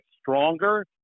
stronger